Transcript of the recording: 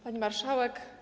Pani Marszałek!